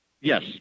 Yes